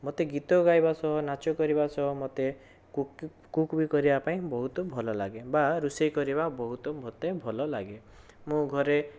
ମୋତେ ଗୀତ ଗାଇବା ସହ ନାଚ କରିବା ସହ ମୋତେ କୁକ୍ ବି କରିବା ପାଇଁ ମୋତେ ବହୁତ ଭଲ ଲାଗେ ବା ରୋଷେଇ କରିବା ବହୁତ ମୋତେ ଭଲ ଲାଗେ ମୁଁ ଘରେ